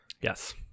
Yes